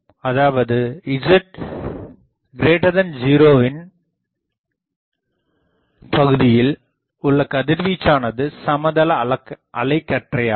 அதாவது Z0 பகுதியில் உள்ள கதிர்வீச்சானது சமதள அலைக்கற்றையாகும்